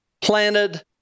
planted